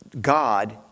God